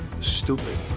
stupid